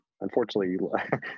unfortunately